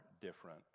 different